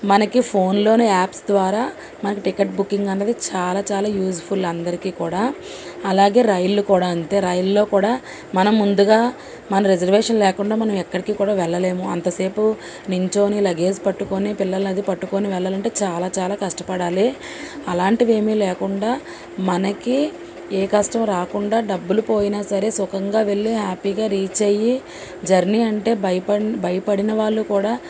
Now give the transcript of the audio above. మనకి ఫోన్లోనే యాప్స్ ద్వారా మనకి టికెట్ బుకింగ్ అన్నది చాలా చాలా యూజ్ఫుల్ అందరికీ కూడా అలాగే రైళ్ళు కూడా అంతే రైల్లో కూడా మనం ముందుగా మన రిజర్వేషన్ లేకుండా మనం ఎక్కడికి కూడా వెళ్ళలేము అంతసేపు నించొని లగేజ్ పట్టుకొని పిల్లల్ని అది పట్టుకొని వెళ్ళాలంటే చాలా చాలా కష్టపడాలి అలాంటివేమీ లేకుండా మనకి ఏ కష్టం రాకుండా డబ్బులు పోయినా సరే సుఖంగా వెళ్ళి హ్యాపీగా రీచ్ అయ్యి జర్నీ అంటే భయప భయపడిన వాళ్ళు కూడా